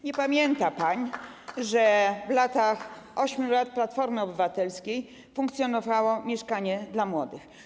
Nie pamięta pan, że w czasach 8 lat rządów Platformy Obywatelskiej funkcjonowało „Mieszkanie dla młodych”